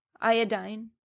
iodine